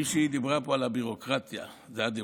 מישהי דיברה פה על הביורוקרטיה והדירות,